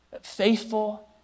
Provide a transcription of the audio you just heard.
faithful